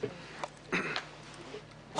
שגית היועצת המשפטית של הוועדה רוצה להגיד משהו.